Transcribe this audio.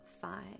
Five